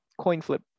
CoinFlip